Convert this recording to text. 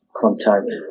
contact